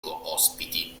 ospiti